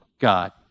God